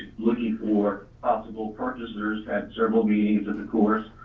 looking for possible partners had several meetings in the course,